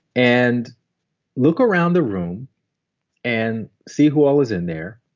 and look around the room and see who all is in there